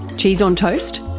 cheese on toast,